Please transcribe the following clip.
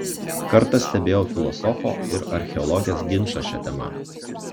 kartą stebėjau filosofo ir archeologės ginčą šia tema